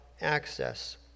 access